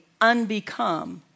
unbecome